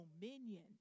dominion